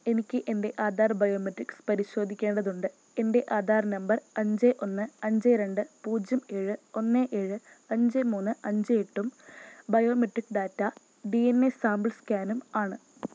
എനിക്ക് എൻറ്റെ ആധാർ ബയോമെട്രിക്സ് പരിശോധിക്കേണ്ടതുണ്ട് എൻറ്റെ ആധാർ നമ്പർ അഞ്ച് ഒന്ന് അഞ്ച് രണ്ട് പൂജ്യം ഏഴ് ഒന്ന് ഏഴ് അഞ്ച് മൂന്ന് അഞ്ച് എട്ടും biometric data D N A sample സ്കാനും ആണ്